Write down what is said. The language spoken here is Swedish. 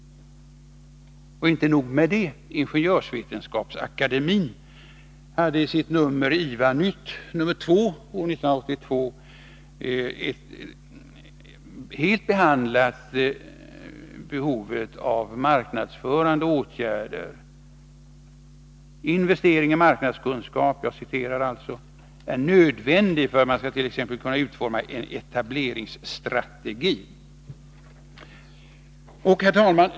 Men inte nog med detta — Ingenjörsvetenskapsakademien behandlade i nr 2/1982 av sin tidskrift TVA-nytt ingående behovet av marknadsförande åtgärder. Investering i marknadskunskap är nödvändig för att man t.ex. skall kunna utforma en etableringsstrategi, skrev IVA bl.a. Herr talman!